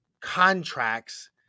contracts